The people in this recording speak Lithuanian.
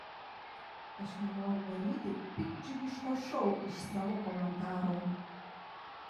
aš nenoriu daryti piktdžiugiško šou iš savo komentarų